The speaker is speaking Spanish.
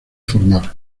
formal